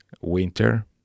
Winter